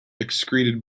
excreted